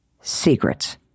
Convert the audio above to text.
secrets